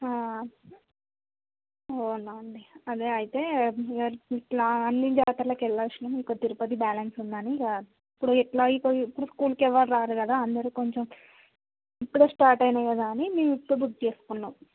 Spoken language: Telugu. అవునా అండి అదే అయితే అన్ని జాతరలకి వెళ్ళేసాము ఇంకా తిరుపతి బాలన్స్ ఉంది అని ఇక ఇప్పుడు ఎట్లా స్కూల్కి ఎవరు రారు కదా అందరు కొంచెం ఇపుడే స్టార్ట్ అయ్యాయి కదా అని మేము ఇపుడు బుక్ చేసుకున్నాము